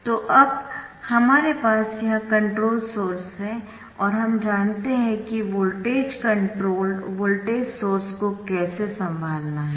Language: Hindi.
तो अब हमारे पास यह कंट्रोल सोर्स है और हम जानते है कि वोल्टेज कंट्रोल्ड वोल्टेज सोर्स को कैसे संभालना है